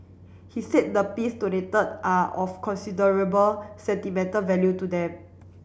he said the piece donated are of considerable sentimental value to them